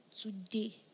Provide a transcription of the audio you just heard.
today